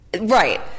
Right